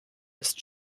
ist